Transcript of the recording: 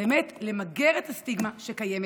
באמת למגר את הסטיגמה שקיימת,